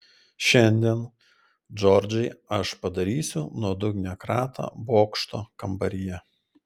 šiandien džordžai aš padarysiu nuodugnią kratą bokšto kambaryje